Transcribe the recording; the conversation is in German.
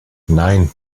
nein